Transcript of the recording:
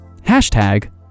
hashtag